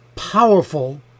Powerful